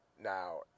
Now